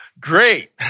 Great